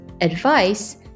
advice